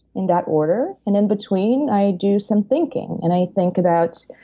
in that order. and in between, i do some thinking. and i think about,